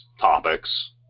topics